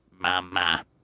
Mama